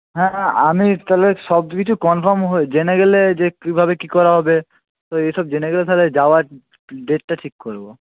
হ্যাঁ আমি তাহলে সবকিছু কনফার্ম হয়ে জেনে গেলে যে কীভাবে কী করা হবে তো এসব জেনে গেলে তাহলে যাওয়ার ডেটটা ঠিক করবো